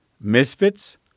Misfits